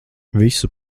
visu